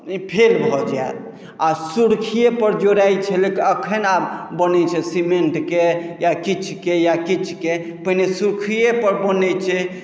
fail भऽ जायत आ सुर्खिये पर जोड़ाइ छलै अखन आब बनैत छै सीमेन्टके या किछुके या किछुके पहिने सुर्खिये पर बनैत छै